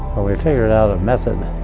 we figured out a method.